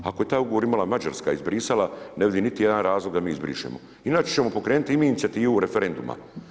Ako je taj ugovor imala Mađarska iz Bruxellesa ne vidim niti jedan razlog da mi izbrišemo, inače ćemo pokrenuti i mi inicijativu referenduma.